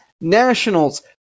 Nationals